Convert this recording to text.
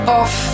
off